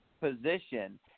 position